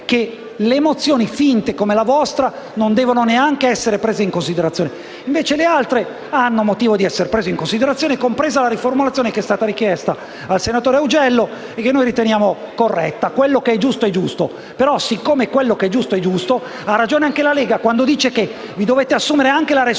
che le mozioni finte come la vostra non devono neanche essere prese in considerazione. Invece le altre hanno motivo di essere prese in considerazione, compresa la riformulazione che è stata richiesta al senatore Augello e che noi riteniamo corretta. Quello che è giusto è giusto. Ma, siccome quello che è giusto è giusto, ha ragione anche la Lega, quando dice che vi dovete assumere la responsabilità